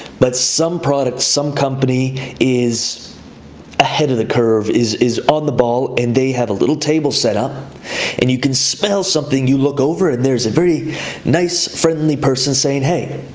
but some products, some company is ahead of the curve, is is on the ball and they have a little table set up and you can smell something, you look over and there's a very nice, friendly person saying, hey,